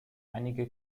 einige